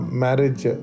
marriage